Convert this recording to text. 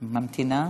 ממתינה.